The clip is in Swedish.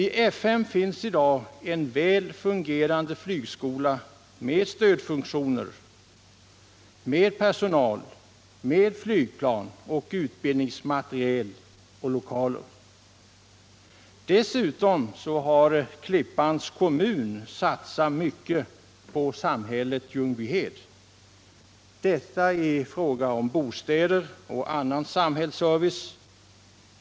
Där finns i dag en väl fungerande flygskola med stödfunktioner, med personal, med flygplan och utbildningsmateriel och med lokaler. Dessutom har Klippans kommun satsat mycket på samhället Ljungbyhed i fråga om bostäder och annan samhällsservice.